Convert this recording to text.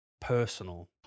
personal